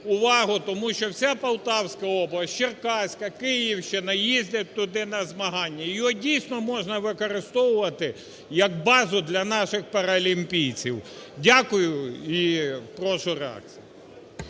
увагу, тому що вся Полтавська область, Черкаська, Київщина їздять туди на змагання. Його, дійсно, можна використовувати як базу для наших паралімпійців. Дякую. І прошу реакції.